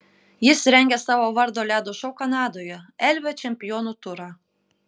jis rengia savo vardo ledo šou kanadoje elvio čempionų turą